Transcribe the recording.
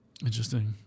Interesting